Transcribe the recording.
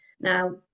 Now